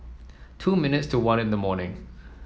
two minutes to one in the morning